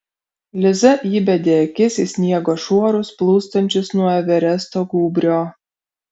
liza įbedė akis į sniego šuorus plūstančius nuo everesto gūbrio